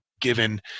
given